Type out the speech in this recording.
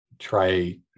try